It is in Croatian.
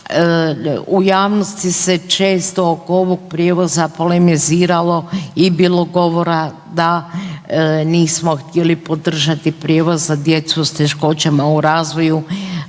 u javnosti se često oko ovog prijevoza polemiziramo i bilo govora da nismo htjeli podržati prijevoz za djecu s teškoćama u razvoju,